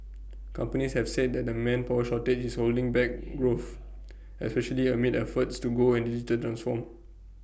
companies have said that the manpower shortage is holding back growth especially amid efforts to go and digital transform